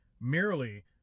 merely